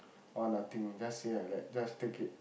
or nothing just say like that just take it